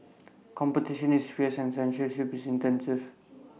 competition is fierce and censorship intense